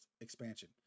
expansion